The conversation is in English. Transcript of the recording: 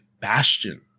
bastion